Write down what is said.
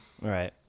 right